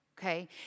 okay